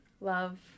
love